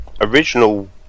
original